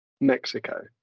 Mexico